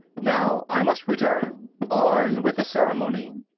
now i must return on with the ceremony!